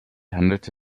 handelte